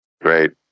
Great